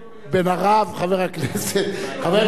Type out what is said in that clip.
חבר הכנסת ברכה,